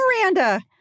Miranda